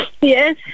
Yes